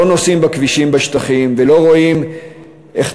או לא נוסעים בכבישים בשטחים ולא רואים איך